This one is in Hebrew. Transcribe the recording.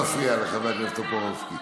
לא להפריע לחבר הכנסת טופורובסקי,